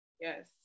Yes